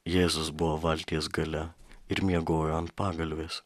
jėzus buvo valties gale ir miegojo ant pagalvės